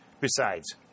Besides